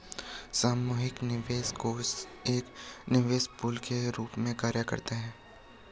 सामूहिक निवेश कोष एक निवेश पूल के रूप में कार्य करता है